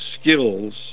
skills